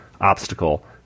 obstacle